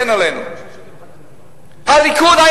הליכוד,